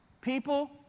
People